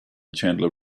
chandler